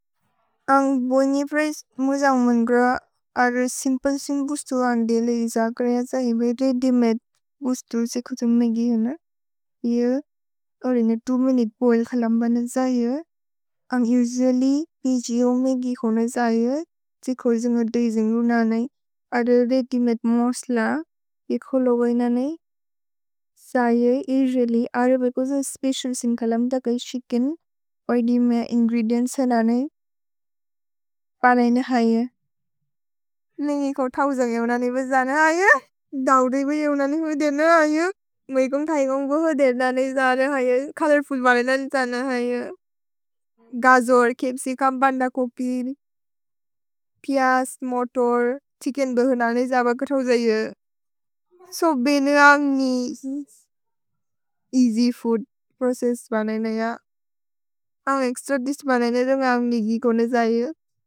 अन्ग् बोनि प्रएस् मुजन्ग्मन्ग्र अर् सिम्पन्सिन् बुस्तुर् अन्ग् देले इज करे अ जहिबे रेद्दि मेत् बुस्तुर् त्से खुतुम् मेगि होन। इउ ओरिने दू मिनुते बोइल् खलम्बन् अ जहिबे। अन्ग् उसुअल्ल्य् प्गो मेगि होन जहिबे, त्से खोर्जुन्ग दजिन्ग् रु नने। अर्रे रेद्दि मेत् मव्स्ल, पेखो लोगोय् नने। जहिबे उसुअल्ल्य् अर्रे बे खोर्जुन्ग स्पेचिअल् सिन् खलम्ब् दक इ शिकिन्। अर्रे रेद्दि मे इन्ग्रेदिएन्त्स् सिन् नने। भनय्ने हये। लेन्गे खोर् थव्जन्ग् यव् नने ब जहने हये। दौदि ब यव् नने ब देर् नने हये। म्वे कोन्ग् थय्न्गोन्ग् बोहो देर् नने जहने हये। छोलोर्फुल् बनय्ने नने जहने हये। गजोर्, केप्सि क बन्द कोपिर्। प्यास्, मोतोर्। छ्हिच्केन् बहो नने जहबे कथव् जहने हये। सोबे नने अन्ग् एअस्य् फूद् प्रोचेस्स् बनय्ने य। अन्ग् एक्स्त्र दिश् बनय्ने रुन्ग् अन्ग् मेगि कोने जहिबे।